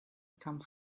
become